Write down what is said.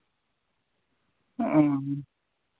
ᱚ